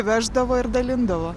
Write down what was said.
veždavo ir dalindavo